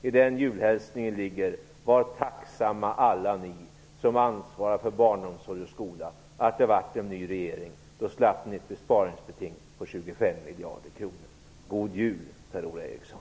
I den julhälsningen ligger: Var tacksamma alla ni som ansvarar för barnomsorgen och skolan att det blev en ny regering. Då slapp ni ett besparingsbeting på 25 miljarder kronor. God jul, Per-Ola Eriksson!